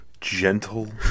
gentle